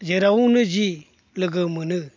जेरावनो जि लोगो मोनो